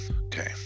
okay